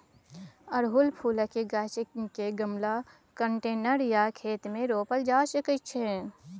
अड़हुल फुलक गाछ केँ गमला, कंटेनर या खेत मे रोपल जा सकै छै